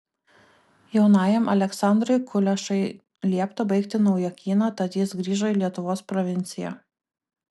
jaunajam aleksandrui kulešai liepta baigti naujokyną tad jis grįžo į lietuvos provinciją